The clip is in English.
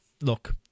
look